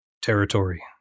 territory